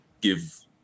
give